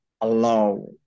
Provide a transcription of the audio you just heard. allow